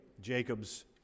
Jacob's